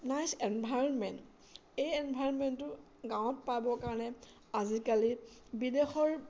nice environment এই এনভাইৰণমেণ্টটো গাঁৱত পাবৰ কাৰণে আজিকালি বিদেশৰ